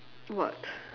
what